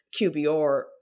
QBR